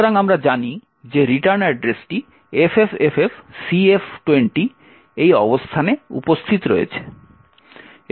সুতরাং আমরা জানি যে রিটার্ন অ্যাড্রেসটি FFFFCF20 অবস্থানে উপস্থিত রয়েছে